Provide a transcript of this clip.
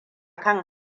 kan